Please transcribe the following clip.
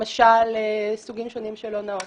למשל, סוגים שונים של הונאות.